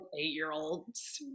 eight-year-olds